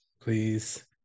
please